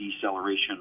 deceleration